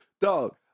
dog